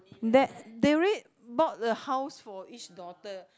that they already bought a house for each daughter